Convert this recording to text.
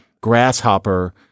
grasshopper